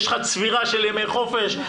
יש לך צבירה של ימי חופש,